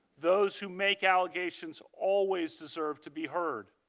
those who make allegations always deserve to be heard.